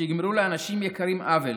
שיגרמו לאנשים יקרים עוול.